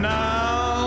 now